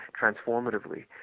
transformatively